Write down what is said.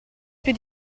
più